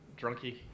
drunky